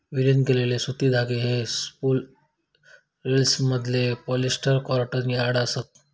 विलीन केलेले सुती धागे हे स्पूल रिल्समधले पॉलिस्टर कॉटन यार्न असत